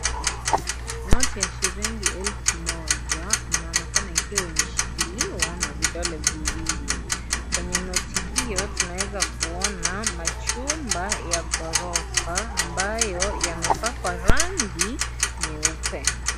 Noti ya shilingi elfu moja inaonekana ikiwa imeshikiliwa na vidole viwili , kwenye noti hiyo tunaezakuona majumba ya ghorofa ambayo yamepakwa rangi nyeupe.